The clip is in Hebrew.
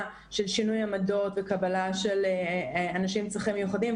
של שינוי עמדות וקבלה של אנשים עם צרכים מיוחדים.